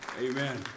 Amen